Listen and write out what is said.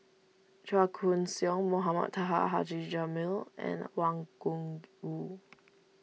Chua Koon Siong Mohamed Taha Haji Jamil and Wang Gungwu